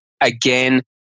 Again